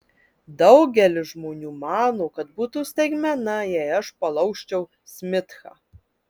daugelis žmonių mano kad būtų staigmena jei aš palaužčiau smithą